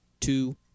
Two